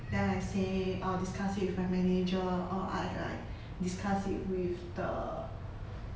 then I say uh discuss it with my manager or I like discuss it with the